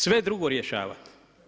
Sve drugo rješavati.